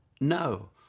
No